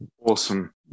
Awesome